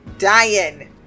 dying